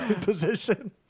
position